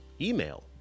email